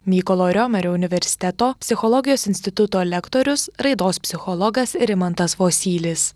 mykolo riomerio universiteto psichologijos instituto lektorius raidos psichologas rimantas vosylis